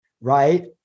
right